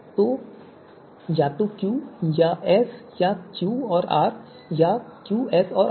तो या तो क्यू और एस या क्यू और आर या क्यू एस और आर